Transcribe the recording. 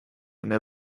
enne